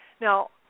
Now